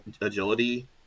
agility